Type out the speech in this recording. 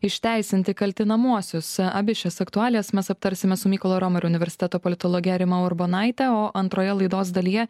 išteisinti kaltinamuosius abi šias aktualijas mes aptarsime su mykolo romerio universiteto politologe rima urbonaite o antroje laidos dalyje